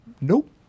Nope